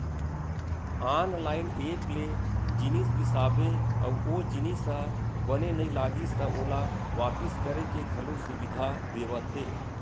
online app ले जिनिस बिसाबे अउ ओ जिनिस ह बने नइ लागिस त ओला वापिस करे के घलो सुबिधा देवत हे